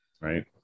Right